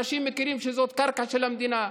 אנשים מכירים שזו קרקע של המדינה,